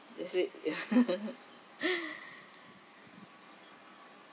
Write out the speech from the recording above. that's it ya